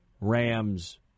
Rams